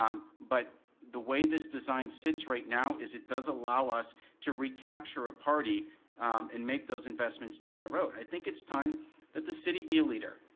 um but the way this design sits right now is it does allow us to recapture a party and make those investments down the road. i think it's time that the city be a leader.